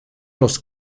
los